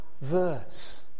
verse